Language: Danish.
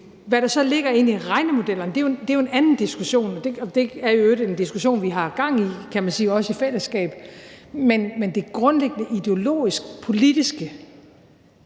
Hvad der så ligger inde i regnemodellerne, er jo en anden diskussion – det er i øvrigt også en diskussion, vi, kan man sige, i fællesskab har gang i – men det er det grundlæggende ideologisk-politiske.